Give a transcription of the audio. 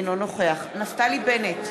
אינו נוכח נפתלי בנט,